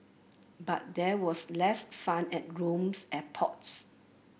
but there was less fun at Rome's airports